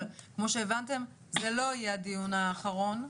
כמו שהבנתם, זה לא יהיה הדיון האחרון.